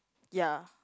ya